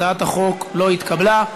הצעת החוק לא התקבלה.